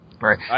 Right